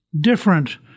different